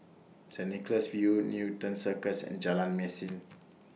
Saint Nicholas View Newton Circus and Jalan Mesin